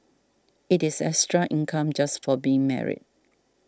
it is extra income just for being married